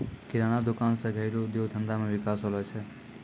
किराना दुकान से घरेलू उद्योग धंधा मे विकास होलो छै